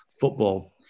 football